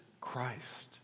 Christ